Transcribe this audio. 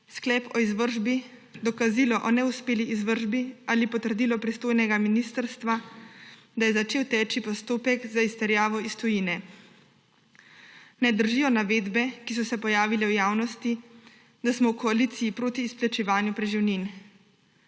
sklep o izvršbi, dokazilo o neuspeli izvršbi ali potrdilo pristojnega ministrstva, da je začel teči postopek za izterjavo iz tujine. Ne držijo navedbe, ki so se pojavile v javnosti, da smo v koaliciji proti izplačevanju preživnin.